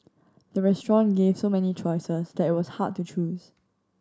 the restaurant gave so many choices that it was hard to choose